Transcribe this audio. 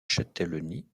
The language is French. châtellenie